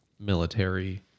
Military